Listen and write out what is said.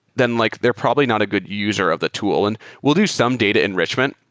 then like they're probably not a good user of the tool. and we'll do some data enrichment.